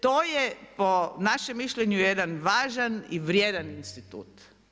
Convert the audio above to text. To je po našem mišljenju jedan važan i vrijedan institut.